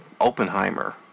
Oppenheimer